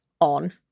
on